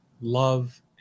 love